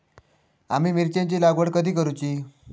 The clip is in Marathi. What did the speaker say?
आम्ही मिरचेंची लागवड कधी करूची?